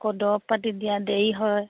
আকৌ দৰৱ পাতি দিয়া দেৰি হয়